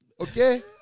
okay